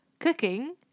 Cooking